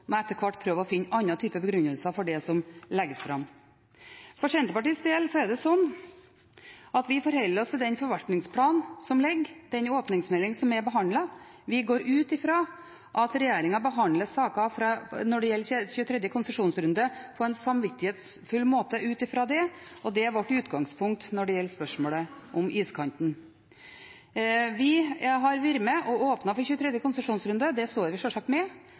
en etter hvert må begynne å finne andre typer begrunnelser for det som legges fram. For Senterpartiets del forholder vi oss til forvaltningsplanen som ligger, den åpningsmeldingen som er behandlet. Vi går ut ifra at regjeringen behandler saker som gjelder 23. konsesjonsrunde, på en samvittighetsfull måte ut ifra det, og dette er vårt utgangspunkt når det gjelder spørsmålet om iskanten. Vi har vært med på å åpne for 23. konsesjonsrunde. Det står vi sjølsagt